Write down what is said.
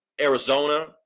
Arizona